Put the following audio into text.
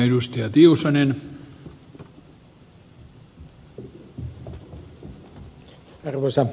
arvoisa herra puhemies